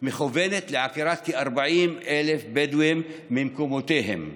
היא מכוונת לעקירת כ-40,000 בדואים ממקומותיהם.